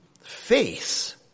face